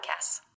podcasts